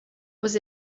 was